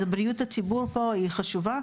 אז בריאות הציבור פה היא חשובה,